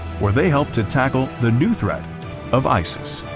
where they helped to tackle the new threat of isis.